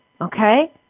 Okay